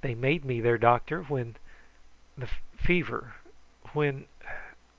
they made me their doctor when the fever when